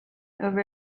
over